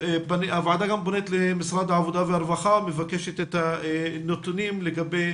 הוועדה גם פונה למשרד העבודה והרווחה ומבקשת את הנתונים לגבי